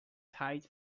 tight